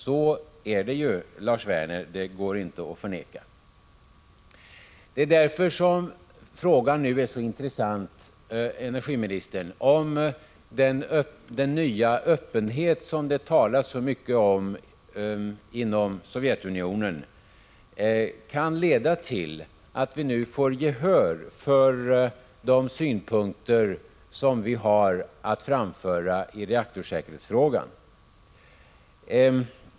Så är det, Lars Werner, det går inte att förneka. Det är därför frågan nu är så intressant, energiministern, om den nya öppenhet som det talas så mycket om inom Sovjetunionen kan leda till att vi nu får gehör för de synpunkter som vi har att framföra i reaktorsäkerhetsfrågan.